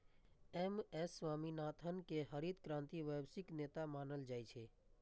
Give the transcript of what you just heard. M S Swaminathan कें हरित क्रांतिक वैश्विक नेता मानल जाइ छै